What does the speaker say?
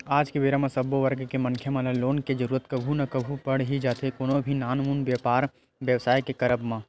आज के बेरा म सब्बो वर्ग के मनखे मन ल लोन के जरुरत कभू ना कभू पड़ ही जाथे कोनो भी नानमुन बेपार बेवसाय के करब म